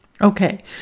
Okay